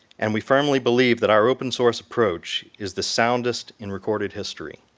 and we firmly believe that our open source approach is the soundest in recorded history.